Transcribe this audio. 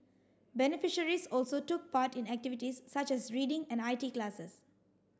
beneficiaries also took part in activities such as reading and I T classes